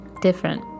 different